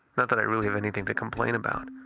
not that i really have anything to complain about,